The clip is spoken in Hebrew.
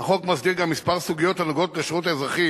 החוק מסדיר גם כמה סוגיות הנוגעות בשירות האזרחי